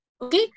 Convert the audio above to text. Okay